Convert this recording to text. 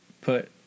put